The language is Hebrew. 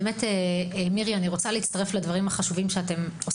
אנחנו גם נשמע אותו.